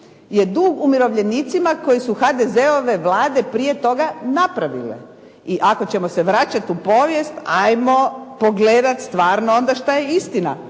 je dug umirovljenicima koje su HDZ-ove vlade prije toga napravile. I ako ćemo se vraćati u povijest ajmo pogledati stvarno što je istina.